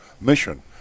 mission